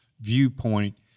viewpoint